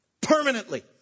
Permanently